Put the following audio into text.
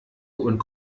und